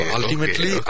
Ultimately